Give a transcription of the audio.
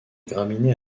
graminées